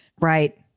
Right